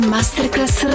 Masterclass